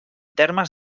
termes